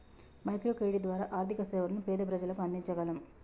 micro credit ద్వారా ఆర్థిక సేవలను పేద ప్రజలకు అందించగలం